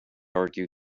argue